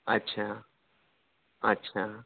اچھا اچھا